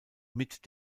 mit